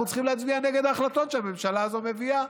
אנחנו צריכים להצביע נגד ההחלטות שהממשלה הזו מביאה,